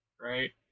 right